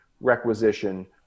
requisition